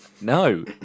No